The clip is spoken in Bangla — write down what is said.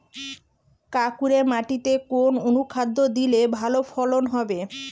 কাঁকুরে মাটিতে কোন অনুখাদ্য দিলে ভালো ফলন হবে?